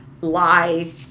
lie